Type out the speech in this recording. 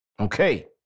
Okay